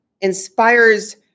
inspires